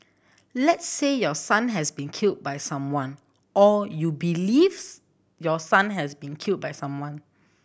let's say your son has been killed by someone or you believes your son has been killed by someone